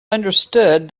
understood